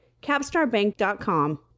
CapstarBank.com